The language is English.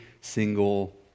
single